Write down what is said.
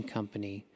Company